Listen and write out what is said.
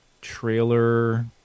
trailer